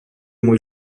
muy